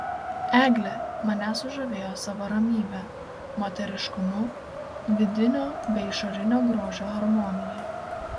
eglė mane sužavėjo savo ramybe moteriškumu vidinio bei išorinio grožio harmonija